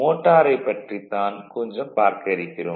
மோட்டரைப் பற்றி தான் கொஞ்சம் பார்க்க இருக்கிறோம்